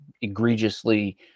egregiously